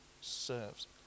serves